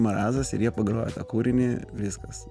marazas ir jie pagrojo tą kūrinį viskas